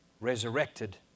resurrected